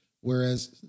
whereas